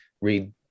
read